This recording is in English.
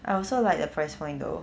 I also like the price point though